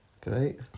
Great